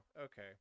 Okay